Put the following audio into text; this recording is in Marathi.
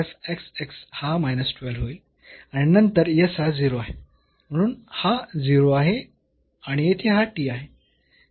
तर 0 0 ला हा होईल आणि नंतर s हा 0 आहे म्हणून हा 0 आहे आणि येथे हा t आहे